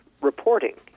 reporting